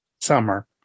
summer